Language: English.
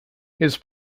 his